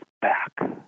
back